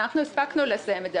אנחנו הספקנו לסיים את זה,